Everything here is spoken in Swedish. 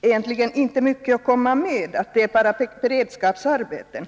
egentligen inte har mycket att komma med, utan att det bara är fråga om beredskapsarbeten.